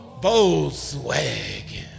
Volkswagen